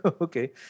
Okay